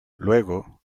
luego